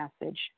message